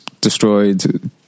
destroyed